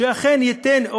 שאכן ייתן,